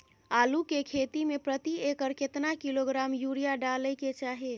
आलू के खेती में प्रति एकर केतना किलोग्राम यूरिया डालय के चाही?